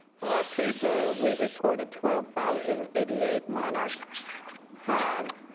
for our paper, we reported twelve thousand and eighty eight monarchs tagged.